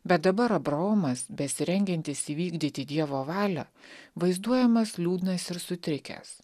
bet dabar abraomas besirengiantis įvykdyti dievo valią vaizduojamas liūdnas ir sutrikęs